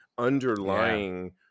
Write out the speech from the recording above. underlying